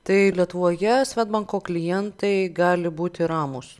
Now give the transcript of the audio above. tai lietuvoje svedbanko klientai gali būti ramūs